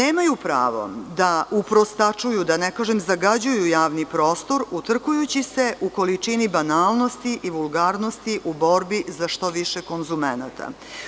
Nemaju pravo da uprostačuju, da ne kažem zagađuju javni prostor, utrkujući se u količini banalnosti i vulgarnosti u borbi za što više konzumenata.